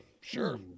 Sure